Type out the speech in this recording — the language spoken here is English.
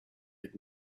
had